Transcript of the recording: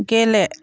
गेले